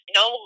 no